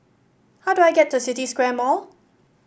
how do I get to City Square Mall